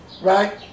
right